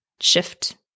shift